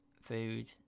Food